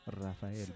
Rafael